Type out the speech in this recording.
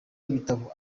ibitabo